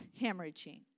hemorrhaging